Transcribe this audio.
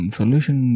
solution